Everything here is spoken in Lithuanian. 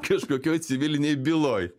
kažkokioje civilinėj byloj